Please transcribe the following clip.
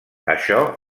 això